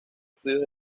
estudios